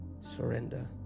surrender